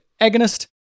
agonist